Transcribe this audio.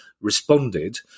responded